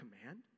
command